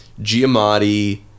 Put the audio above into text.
Giamatti